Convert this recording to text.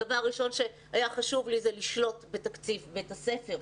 הדבר הראשון שהיה חשוב לי היה לשלוט בתקציב בית הספר,